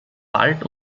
wald